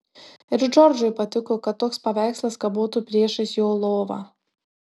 ir džordžui patiko kad toks paveikslas kabotų priešais jo lovą